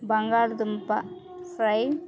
బంగాళదుంప ఫ్రై